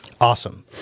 Awesome